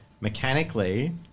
mechanically